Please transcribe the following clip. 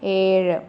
ഏഴ്